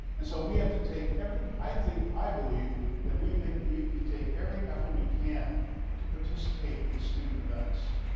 and so we have to take every i think, i believe that we need i mean to take every effort we can to participate in student events.